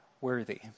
worthy